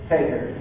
Taker